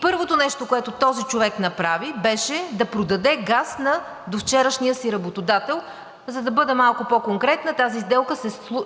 Първото нещо, което този човек направи, беше да продаде газ на довчерашния си работодател. За да бъда малко по-конкретна, тази сделка